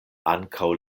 ankaŭ